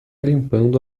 limpando